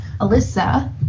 Alyssa